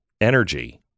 energy